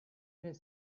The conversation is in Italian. nel